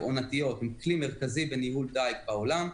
עונתיות הן כלי מרכזי בניהול דייג בעולם.